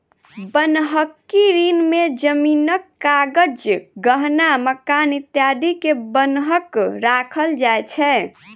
बन्हकी ऋण में जमीनक कागज, गहना, मकान इत्यादि के बन्हक राखल जाय छै